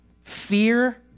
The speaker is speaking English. fear